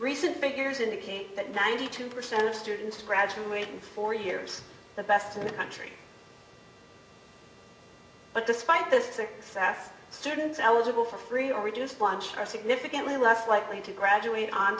recent figures indicate that ninety two percent of students graduate in four years the best in the country but despite this sas students eligible for free or reduced lunch are significantly less likely to graduate on